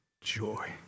joy